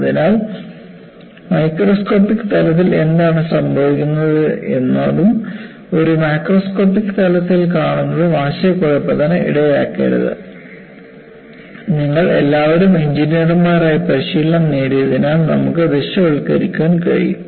അതിനാൽ മൈക്രോസ്കോപ്പിക് തലത്തിൽ എന്താണ് സംഭവിക്കുന്നത് എന്നതും ഒരു മാക്രോസ്കോപ്പിക് തലത്തിൽ കാണുന്നതും ആശയക്കുഴപ്പത്തിന് ഇടയാകരുത് നിങ്ങൾ എല്ലാവരും എഞ്ചിനീയർമാരായി പരിശീലനം നേടിയതിനാൽ നമുക്ക് ദൃശ്യവൽക്കരിക്കാൻ കഴിയും